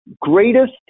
greatest